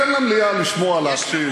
תן למליאה לשמוע, להקשיב.